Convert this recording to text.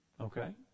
Okay